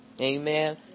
Amen